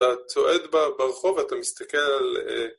אתה צועד ברחוב, ואתה מסתכל על...